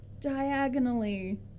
diagonally